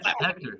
Hector